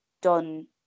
done